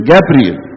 Gabriel